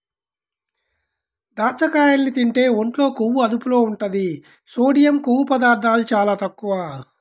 దాచ్చకాయల్ని తింటే ఒంట్లో కొవ్వు అదుపులో ఉంటది, సోడియం, కొవ్వు పదార్ధాలు చాలా తక్కువ